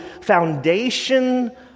foundation